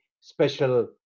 special